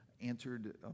answered